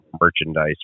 merchandise